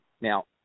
Now